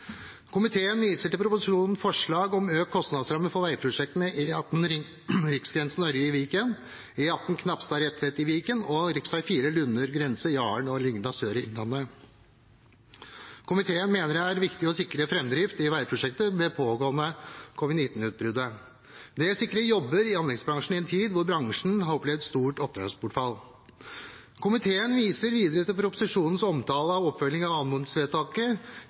Komiteen viser til proposisjonens forslag om økt kostnadsramme for veiprosjektene E18 Riksgrensen–Ørje i Viken, E18 Knapstad–Retvet i Viken og Rv. 4 Lunner grense–Jaren og Lygna sør i Innlandet. Komiteen mener det er viktig å sikre framdrift i veiprosjekter med det pågående covid-19 utbruddet. Det sikrer jobber i anleggsbransjen i en tid hvor bransjen har opplevd stort oppdragsbortfall. Komiteen viser videre til proposisjonens omtale av oppfølging av